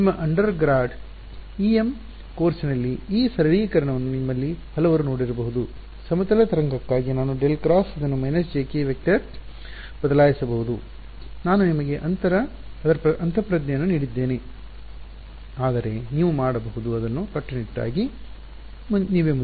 ನಿಮ್ಮ undergrad EM ಕೋರ್ಸ್ನಲ್ಲಿ ಈ ಸರಳೀಕರಣವನ್ನು ನಿಮ್ಮಲ್ಲಿ ಹಲವರು ನೋಡಿರಬಹುದು ಸಮತಲ ತರಂಗಕ್ಕಾಗಿ ನಾನು ∇× ಇದನ್ನು-jk ವೆಕ್ಟರ್ ಬದಲಾಯಿಸಬಹುದು ನಾನು ನಿಮಗೆ ಅದರ ಅಂತಃಪ್ರಜ್ಞೆಯನ್ನು ನೀಡಿದ್ದೇನೆ ಆದರೆ ನೀವು ಮಾಡಬಹುದು ಅದನ್ನು ಕಟ್ಟುನಿಟ್ಟಾಗಿ ನೀವೇ ಮುಂದುವರೆಸಿ